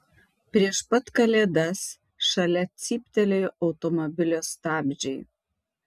prieš pat kalėdas šalia cyptelėjo automobilio stabdžiai